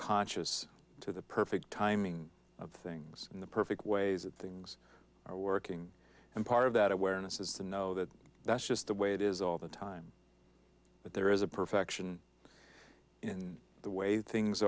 conscious to the perfect timing of things in the perfect ways that things are working and part of that awareness is to know that that's just the way it is all the time but there is a perfection in the way things